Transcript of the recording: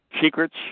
secrets